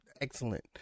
excellent